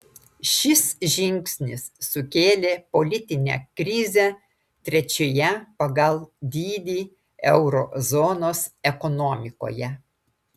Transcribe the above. šis žingsnis sukėlė politinę krizę trečioje pagal dydį euro zonos ekonomikoje